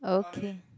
okay